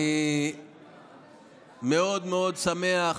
אני מאוד מאוד שמח